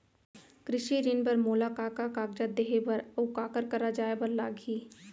कृषि ऋण बर मोला का का कागजात देहे बर, अऊ काखर करा जाए बर लागही?